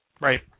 Right